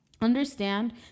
Understand